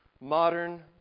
modern